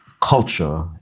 culture